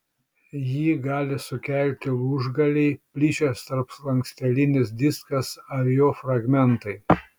jį gali sukelti lūžgaliai plyšęs tarpslankstelinis diskas ar jo fragmentai